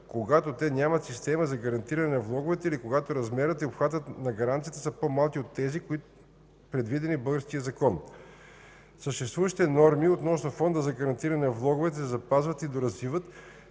когато те нямат система за гарантиране на влоговете или когато размерът и обхватът на гаранцията са по-малки от тези, предвидени в българския закон. Съществуващите норми относно Фонда за гарантиране на влоговете се запазват и доразвиват,